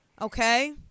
Okay